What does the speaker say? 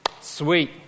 Sweet